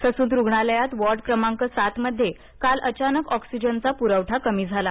Sassoon रुग्णालयात ward क्रमांक सातमध्ये काल अचानक ऑक्सिजनचा प्रवठा कमी झाला